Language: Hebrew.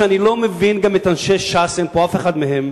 אני לא מבין גם את אנשי ש"ס, אין פה אף אחד מהם,